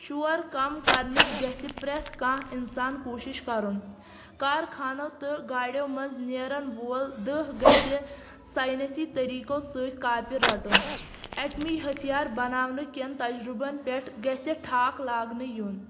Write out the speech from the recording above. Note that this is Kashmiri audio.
شور کم کرنٕچ گژھِ پرٛٮ۪تھ کانٛہہ اِنسان کوٗشِش کرُن کارخانو تہٕ گاڑیو منٛز نیرن وول دٕہ گژھِ ساینسی طٔریٖقو سۭتۍ کاپہِ رٹُن ایٹمی ہتھیار بناونہٕ کٮ۪ن تجرُبن پٮ۪ٹھ گژھِ ٹھاک لاگنہٕ یُن